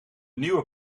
nieuwe